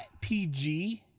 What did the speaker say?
PG